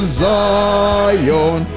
zion